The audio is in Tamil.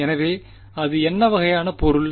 எனவே அது என்ன வகையான பொருள்